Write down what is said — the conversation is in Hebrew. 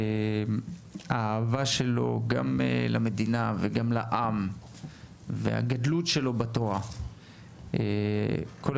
האהבה שלו למדינה, לעם והגדלות שלו בתורה הם אלה